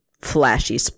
flashy